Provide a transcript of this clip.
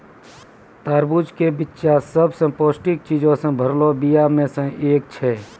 तरबूजा के बिच्चा सभ से पौष्टिक चीजो से भरलो बीया मे से एक छै